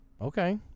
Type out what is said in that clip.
Okay